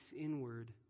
inward